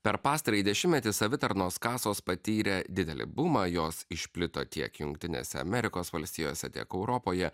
per pastarąjį dešimtmetį savitarnos kasos patyrė didelį bumą jos išplito tiek jungtinėse amerikos valstijose tiek europoje